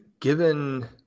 given